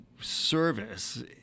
service